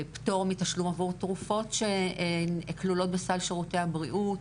פטור מתשלום עבור תרופות שכלולות בסל שירותי הבריאות,